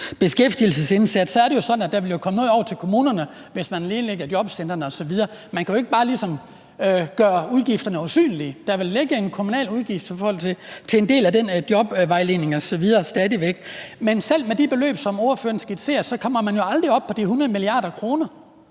beskæftigelsesindsats, så er det jo sådan, at der vil komme noget over til kommunerne, hvis man nedlægger jobcentrene osv. Man kan jo ikke bare ligesom gøre udgifterne usynlige. Der vil stadig væk ligge en kommunal udgift i forhold til en del af den jobvejledning osv. Men selv med de beløb, som ordføreren skitserer, kommer man jo aldrig op på de 100 mia. kr.